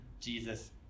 Jesus